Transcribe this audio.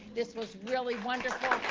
this was really wonderful.